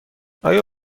آیا